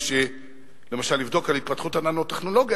מי שלמשל יבדוק את התפתחות הננו-טכנולוגיה,